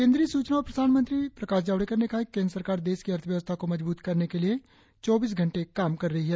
केंद्रीय सूचना और प्रसारण मंत्री प्रकाश जावड़ेकर ने कहा है कि केंद्र सरकार देश की अर्थव्यवस्था को मजबूत करने के लिए चौबीस घंटे काम कर रही है